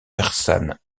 persane